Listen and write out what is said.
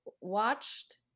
watched